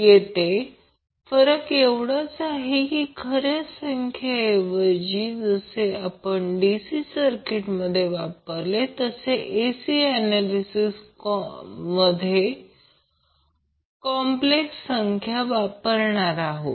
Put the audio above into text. येथे फरक एवढाच आहे की खऱ्यासंख्ये ऐवजी जसे आपण DC सर्किटमध्ये वापरले तसे AC सर्किट ऍनॅलिसिससाठी कॉप्लेक्स संख्या वापरणार आहोत